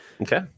Okay